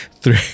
three